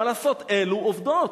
מה לעשות, אלו עובדות.